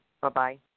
Bye-bye